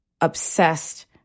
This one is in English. obsessed